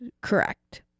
correct